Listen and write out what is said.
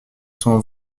cent